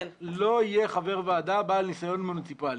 לא יהיה חבר ועדה בעל ניסיון מוניציפלי.